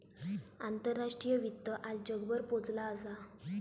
आंतराष्ट्रीय वित्त आज जगभर पोचला असा